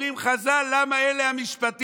אומרים חז"ל: למה "אלה המשפטים"?